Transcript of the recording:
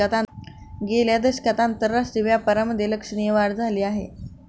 गेल्या दशकात आंतरराष्ट्रीय व्यापारामधे लक्षणीय वाढ झाली आहे